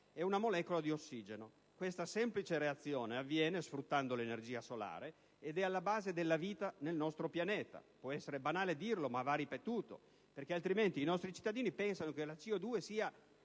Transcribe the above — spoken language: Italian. e una molecola di ossigeno. Questa semplice reazione avviene sfruttando l'energia solare ed è alla base della vita sul nostro pianeta. Può essere banale dirlo, ma va ripetuto, perché altrimenti i nostri cittadini pensano che la CO2 sia